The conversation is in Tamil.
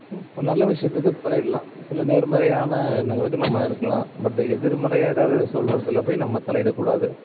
இப்போ நல்ல விஷயத்துக்கு தலையிடலாம் சில நேர்மறையான எண்ணங்களுக்கு நம்ம இருக்கலாம் பட் எதிர்மறையாக எதாவது சொல்கிறத்துல போய் நம்ம தலையிடக்கூடாது